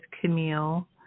Camille